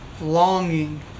longing